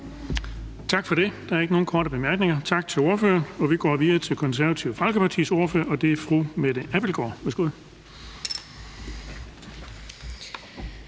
Tak for det. Der er ikke nogen korte bemærkninger, så tak til ordføreren. Vi går videre til Det Konservative Folkepartis ordfører, og det er fru Mette Abildgaard. Værsgo.